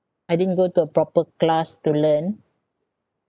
I didn't go to a proper class to learn